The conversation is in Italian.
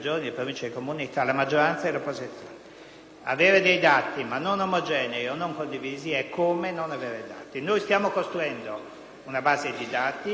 Avere dati non omogenei e non condivisi è come non averli. Stiamo costruendo una base di dati convinti del fatto che sia una